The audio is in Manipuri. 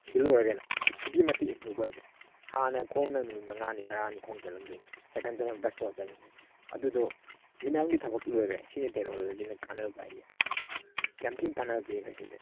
ꯁꯤꯗ ꯂꯣꯏꯔꯦ ꯀꯩꯅꯣ ꯑꯁꯨꯛꯀꯤ ꯃꯇꯤꯛ ꯏꯝꯄ꯭ꯔꯨꯚ ꯑꯣꯏꯈ꯭ꯔ ꯍꯥꯟꯅ ꯈꯣꯡꯅ ꯅꯨꯃꯤꯠ ꯃꯉꯥꯅꯤ ꯇꯔꯥꯅꯤ ꯈꯣꯡ ꯆꯠꯂꯝꯗꯣꯏꯅꯦ ꯁꯥꯏꯀꯟ ꯆꯠꯂꯝ ꯕꯁ ꯊꯣꯡꯉꯒ ꯆꯠꯂꯝꯗꯣꯏꯅꯦ ꯑꯗꯨꯗꯣ ꯃꯤꯅꯠ ꯑꯃꯒꯤ ꯊꯕꯥꯛꯇ ꯂꯣꯏꯈ꯭ꯔꯦ ꯁꯤꯅꯤ ꯇꯦꯛꯅꯣꯂꯣꯖꯤꯅ ꯀꯥꯟꯅꯕ ꯍꯥꯏꯁꯦ ꯌꯥꯝ ꯊꯤꯅ ꯀꯥꯟꯅꯕ ꯄꯤꯈ꯭ꯔꯦ ꯁꯤꯗꯤ